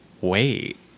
wait